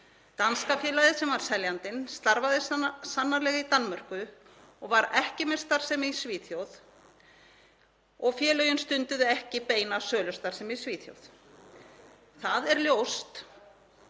danska félagið sem var seljandinn starfaði sannarlega í Danmörku og var ekki með starfsemi í Svíþjóð og félögin stunduðu ekki beina sölustarfsemi í Svíþjóð. Það er ljóst